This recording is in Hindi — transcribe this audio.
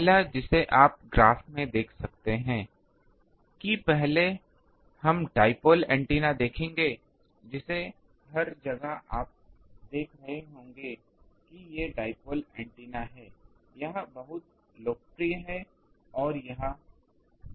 पहला जिसे आप ग्राफ में देख सकते हैं कि पहले हम डाइपोल एंटेना देखेंगे जिसे हर जगह आप देख रहे होंगे कि ये डाइपोल एंटेना हैं यह बहुत लोकप्रिय है यह बहुत उपयोगी है